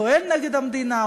פועל נגד המדינה,